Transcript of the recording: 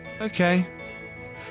okay